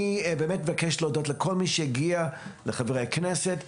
אני מבקש להודות לכל מי שהגיע ולחברי הכנסת.